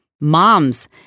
Moms